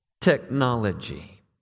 technology